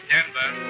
Denver